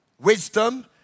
wisdom